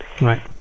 Right